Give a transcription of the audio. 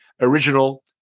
original